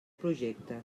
projecte